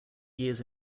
years